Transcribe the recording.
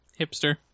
Hipster